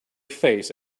face